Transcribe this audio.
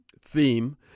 theme